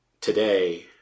today